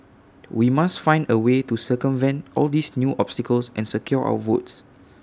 we must find A way to circumvent all these new obstacles and secure our votes